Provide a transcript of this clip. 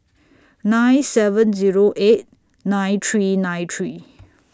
nine seven Zero eight nine three nine three